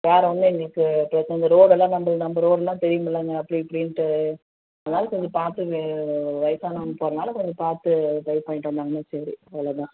வேறு ஒன்றும் எங்களுக்கு பிரச்சனை இல்லை இந்த ரோடெல்லாம் நம்ப நம்ப ரோடெல்லாம் தெரியுமில்லங்க அப்படி இப்படின்ட்டு அதாவது கொஞ்சம் பார்த்து வே வயிசானவங்க போகறதுனால கொஞ்சம் பார்த்து ட்ரைவ் பண்ணிகிட்டு வந்தாங்கன்னா சரி அவ்வளோ தான்